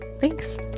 thanks